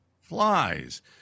flies